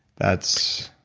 that's.